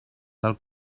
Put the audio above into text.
tal